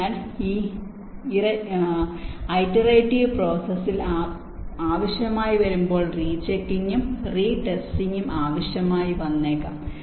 അതിനാൽ ഈ ഇറ്ററേറ്റിവ് പ്രോസസ്സിൽ ആവശ്യമായി വരുമ്പോൾ റീ ചെക്കിങ്ങും റീ ടെസ്റ്റിംഗും ആവശ്യമായി വന്നേക്കാം